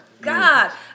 God